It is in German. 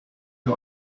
der